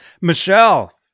Michelle